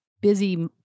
busy